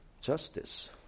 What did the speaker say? justice